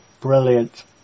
Brilliant